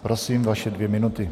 Prosím vaše dvě minuty.